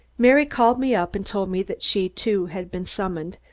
mary called me up and told me that she, too, had been summoned,